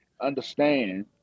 understand